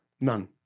none